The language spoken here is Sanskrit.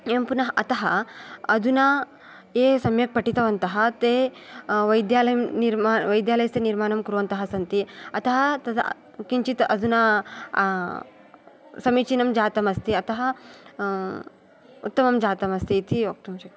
एवं पुनः अतः अधुना ये सम्यक् पठितवन्तः ते वैद्यालयं निर्मा वैद्यालयस्य निर्माणं कुर्वन्तः सन्ति अतः तद् किञ्चित् अधुना समीचिनं जातमस्ति अतः उत्तमं जातमस्ति इति वक्तुं शक्यते